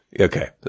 Okay